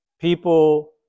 People